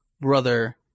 Brother